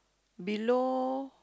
below